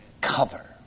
cover